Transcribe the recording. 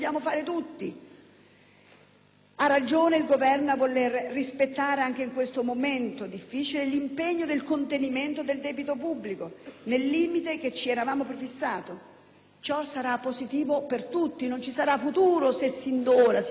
Ha ragione il Governo a voler rispettare, anche in questo momento difficile, l'impegno del contenimento del debito pubblico nel limite che ci eravamo prefissato: ciò sarà positivo per tutti e non ci sarebbe futuro se sin d'ora si cominciasse a dire